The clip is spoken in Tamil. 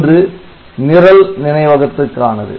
ஒன்று நிரல் நினைவகத்துக்கானது